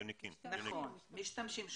נכון, משתמשים.